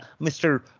Mr